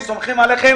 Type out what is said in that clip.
אנחנו סומכים עליכם.